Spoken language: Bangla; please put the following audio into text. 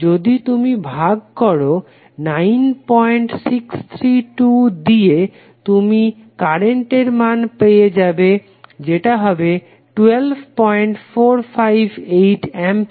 যদি তুমি ভাগ করো 9632 দিয়ে তুমি কারেন্টের মান পেয়ে যাবে যেটা হবে 12458 অ্যাম্পিয়ার